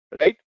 right